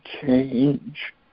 change